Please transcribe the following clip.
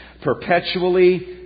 perpetually